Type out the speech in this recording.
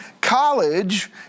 college